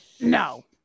no